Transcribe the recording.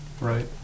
right